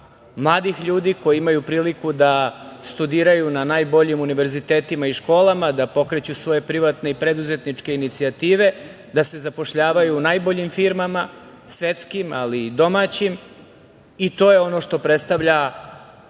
mladih ljudi koji imaju priliku da studiraju na najboljim univerzitetima i školama, da pokreću svoje privatne i preduzetničke inicijative, da se zapošljavaju u najboljim firmama, svetskim, ali i domaćim. To je ono što predstavlja